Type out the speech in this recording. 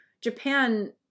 Japan